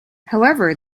however